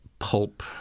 pulp